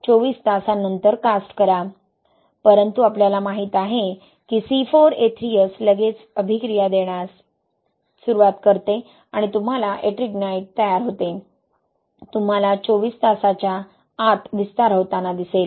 परंतु आपल्याला माहित आहे की C4A3S लगेच प्रतिक्रिया देण्यास सुरुवात करते आणि तुम्हाला एट्रिंगाइट तयार होते तुम्हाला 24 तासांच्या आत विस्तार होताना दिसेल